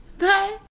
Bye